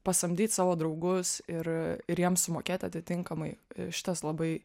pasamdyt savo draugus ir ir jiem sumokėt atitinkamai šitas labai